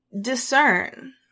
discern